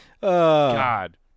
God